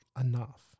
enough